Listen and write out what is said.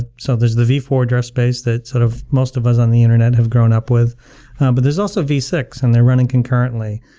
ah so there's the v four address space that sort of most of us on the internet have grown up, but there's also v six, and they're running concurrently.